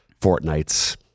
fortnights